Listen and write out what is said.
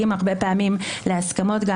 ראיתי כמה פעמים שהיועץ המשפטי לממשלה הגיע